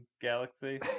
galaxy